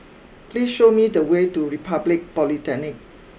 please show me the way to Republic Polytechnic